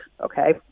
okay